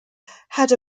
had